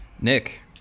Nick